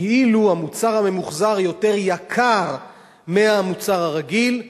שכאילו המוצר הממוחזר יותר יקר מהמוצר הרגיל,